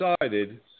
decided